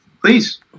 Please